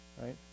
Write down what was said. right